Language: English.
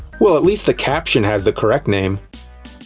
well, at least the caption has the correct name.